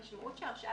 המשמעת של הרשאה